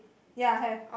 ya have